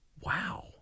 Wow